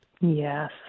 Yes